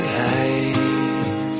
life